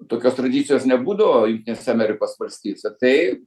tokios tradicijos nebūdavo jungtinėse amerikos valstijose tai